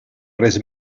res